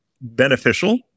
beneficial